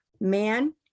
Man